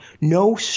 no